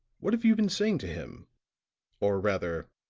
what have you been saying to him or rather,